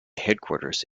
headquarters